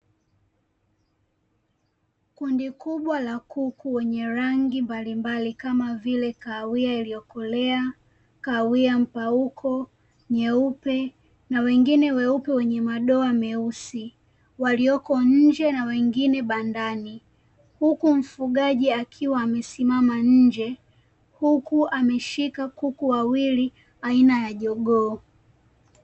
Kundi kubwa la kuku wenye rangi mbalimbali kama vile: kahawia iliyokolea, kahawia mpauko, nyeupe na wengine weupe wenye madoa meusi; walioko nje na wengine bandani. Huku mfugaji akiwa amesimama nje, huku ameshika kuku wawili aina ya jogoo.